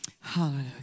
hallelujah